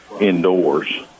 indoors